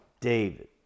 David